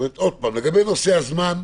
--- לגבי נושא הזמן,